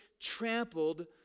trampled